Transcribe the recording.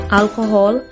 alcohol